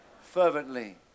fervently